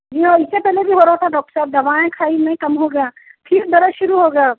جی ہاں اس سے پہلے بھی ہو رہا تھا ڈاکٹر صاحب دوائیں کھائی میں کم ہو گیا پھر درد شروع ہو گیا